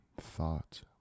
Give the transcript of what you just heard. thought